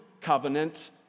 covenant